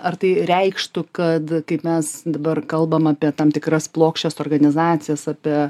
ar tai reikštų kad kaip mes dabar kalbam apie tam tikras plokščias organizacijas apie